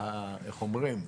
איך אומרים,